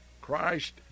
Christ